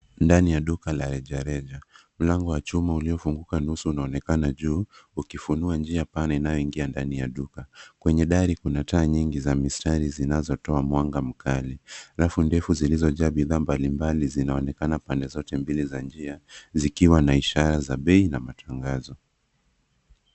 Ndani ya duka la rejareja, mlango wa chuma uliofunguka nusu unaonekana juu ukifunua njia pale inayoingia ndani ya duka. Kwenye dari kuna taa nyingi za mistari zinazotoa mwanga mkali, rafu ndefu zilizojaa bidhaa mbalimbali zinaonekana pande zote mbili za njia zikiwa na ishara za bei na matangazo.